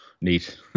neat